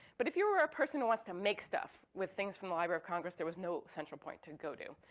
but if you were a person who wants to make stuff with things from the library of congress, there was no central point to go to.